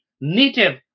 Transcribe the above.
native